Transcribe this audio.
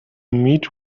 meet